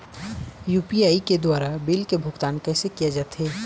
UPI के द्वारा bill के भुगतान कैसे किया जाथे?